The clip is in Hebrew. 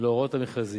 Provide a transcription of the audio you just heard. להוראות המכרזים,